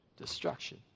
Destruction